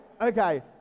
okay